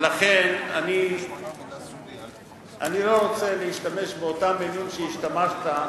לכן אני לא רוצה להשתמש באותן מלים שהשתמשת,